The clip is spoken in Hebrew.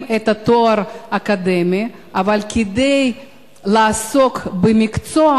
את התואר האקדמי אבל כדי לעסוק במקצוע